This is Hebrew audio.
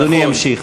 אדוני ימשיך.